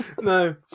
No